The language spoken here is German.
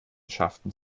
schafften